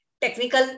Technical